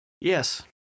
Yes